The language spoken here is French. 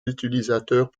utilisateurs